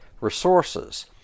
resources